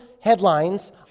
headlines